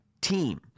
team